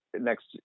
next